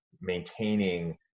maintaining